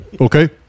Okay